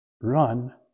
Run